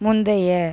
முந்தைய